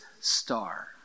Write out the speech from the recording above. star